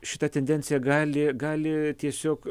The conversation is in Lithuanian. šita tendencija gali gali tiesiog